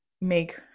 make